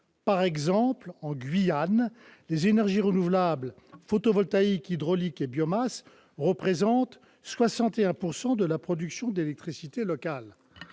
Par exemple, en Guyane, les énergies renouvelables- photovoltaïque, hydraulique et biomasse -représentent 61 % de la production d'électricité locale.